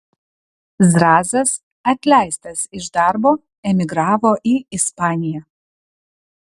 zrazas atleistas iš darbo emigravo į ispaniją